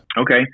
Okay